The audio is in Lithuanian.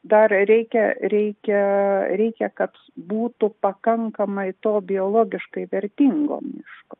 dar reikia reikia reikia kad būtų pakankamai to biologiškai vertingo miško